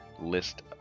List